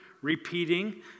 Repeating